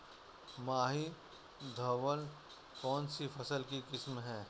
माही धवल कौनसी फसल की किस्म है?